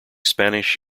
spanish